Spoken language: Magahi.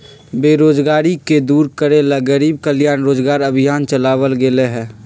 बेरोजगारी के दूर करे ला गरीब कल्याण रोजगार अभियान चलावल गेले है